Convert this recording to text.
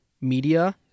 media